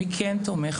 מי כן תומך?